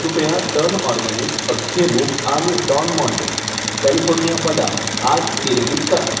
कृपया ton organic अख्खे मूग आणि डॉन माँटे कॅलिफोर्निया बदाम आज डिलिव्हरी करा